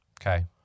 Okay